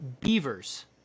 beavers